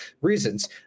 reasons